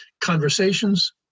conversations